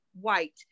white